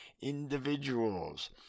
individuals